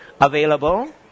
Available